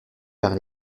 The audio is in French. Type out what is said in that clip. par